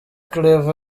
claver